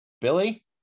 billy